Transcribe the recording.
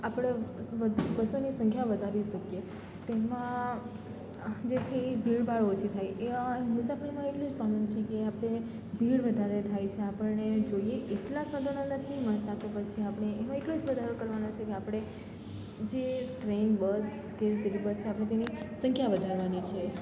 આપણે બસોની સંખ્યા વધારી શકીએ તેમાં જેથી ભીડભાડ ઓછી થાય એવામાં મુસાફરીમા એટલી જ પ્રોબ્લમ છે કે ભીડ વધારે થાય છે આપણને જોઇએ એટલા સાધનો નથી મળતા કે પછી આપણે એટલો કરવાનો છે કે આપણે જે ટ્રેન બસ કે સીટી બસ છે આપણે તેની સંખ્યા વધારવાની છે